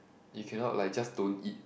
you cannot like just don't eat